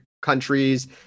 countries